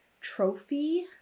trophy